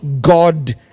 god